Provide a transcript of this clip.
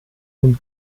nun